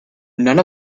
none